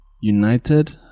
United